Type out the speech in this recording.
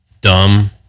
dumb